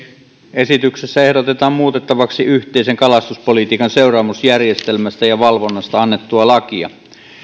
esityksessä ehdotetaan muutettavaksi yhteisen kalastuspolitiikan seuraamusjärjestelmästä ja valvonnasta annettua lakia